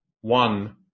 One